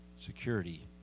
Security